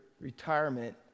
retirement